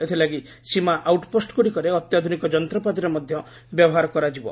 ଏଥିଲାଗି ସୀମା ଆଉଟ୍ପୋଷ୍ଟଗୁଡ଼ିକରେ ଅତ୍ୟାଧୁନିକ ଯନ୍ତ୍ରପାତିର ମଧ୍ୟ ବ୍ୟବହାର କରାଯିବ